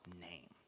name